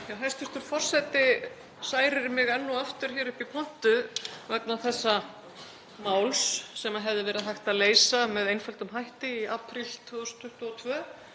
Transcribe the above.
Hæstv. forseti særir mig enn og aftur upp í pontu vegna þessa máls sem hefði verið hægt að leysa með einföldum hætti í apríl 2022